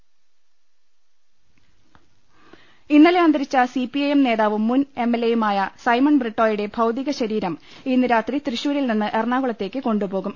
കൃകൃകൃകൃകൃകൃ ഇന്നലെ അന്തരിച്ച C P I M നേതാവും മുൻ എം എൽ എയുമായ സൈമൺ ബ്രിട്ടോയുടെ ഭൌതിക ശരീരം ഇന്ന് രാത്രി തൃശൂരിൽ നിന്ന് എറണാകുളത്തേക്ക് കൊണ്ടുപോകും